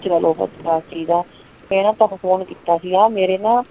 ਚਲੋ ਮੈਂ ਨਾ ਤੁਹਾਨੂੰ ਫੋਨ ਕੀਤਾ ਸੀਗਾ ਮੇਰੇ ਨਾ